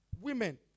Women